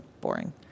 boring